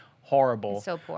horrible